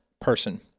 person